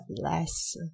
less